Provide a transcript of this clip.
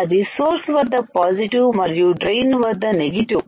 అది సోర్స్ వద్ద పాజిటివ్ మరియు డ్రైన్ వద్ద నెగటివ్